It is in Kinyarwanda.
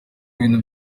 ibintu